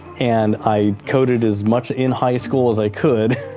and i coded as much in high school as i could.